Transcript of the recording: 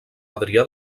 adrià